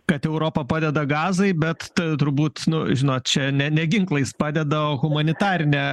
kad europa padeda gazai bet turbūt nu žinot čia ne ne ginklais padeda o humanitarine